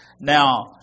Now